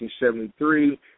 1973